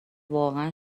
واقعا